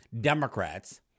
Democrats